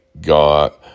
God